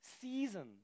season